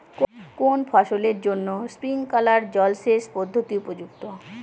কোন ফসলের জন্য স্প্রিংকলার জলসেচ পদ্ধতি উপযুক্ত?